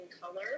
color